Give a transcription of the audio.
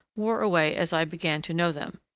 wore away as i began to know them.